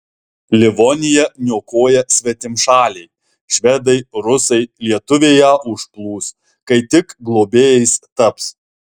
livoniją niokoja svetimšaliai švedai rusai lietuviai ją užplūs kai tik globėjais taps